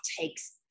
takes